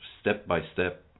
step-by-step